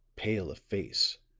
pale of face,